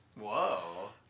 Whoa